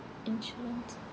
insurance